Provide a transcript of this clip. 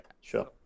sure